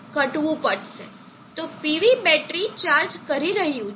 તો PV battery charge કરી રહ્યું છે